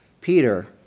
Peter